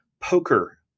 poker